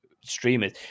streamers